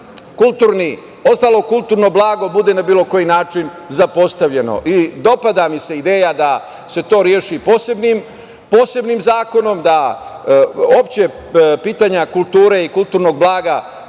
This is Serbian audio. ostalo kulturno blago bude na bilo koji način zapostavljeno. Dopada mi se ideja da se to reši posebnim zakonom, da uopšte pitanja kulture i kulturnog blaga